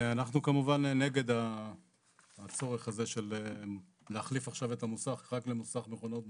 כמובן נגד הצורך הזה של להחליף עכשיו את המוסך רק למוסך מכונאות מוסמך,